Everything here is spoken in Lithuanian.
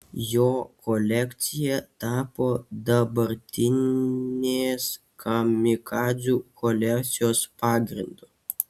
jo kolekcija tapo dabartinės kamikadzių kolekcijos pagrindu